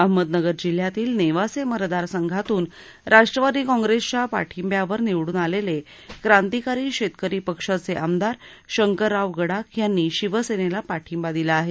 अहमदनगर जिल्ह्यातील नेवासे मतदारसंघातून राष्ट्रवादी काँग्रेसच्या पाठिंब्यावर निवडून आलेले क्रांतिकारी शेतकरी पक्षाचे आमदार शंकरराव गडाख यांनी शिक्सेनेला पाठिंबा दिला आहे